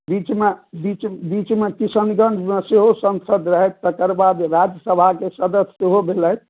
बीचमे किशनगंजमे सेहो सांसद रहैथ तेकर बाद राज्यसभाक सदस्य सेहो भेलथि